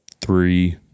three